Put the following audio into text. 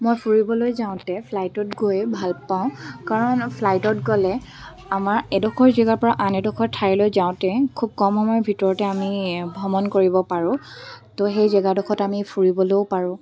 মই ফুৰিবলৈ যাওঁতে ফ্লাইটত গৈ ভালপাওঁ কাৰণ ফ্লাইটত গ'লে আমাৰ এডোখৰ জেগাৰ পৰা আন এডোখৰ ঠাইলৈ যাওঁতে খুব কম সময়ৰ ভিতৰতে আমি ভ্ৰমণ কৰিব পাৰোঁ তো সেই জেগাডোখৰত আমি ফুৰিবলৈও পাৰোঁ